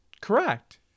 correct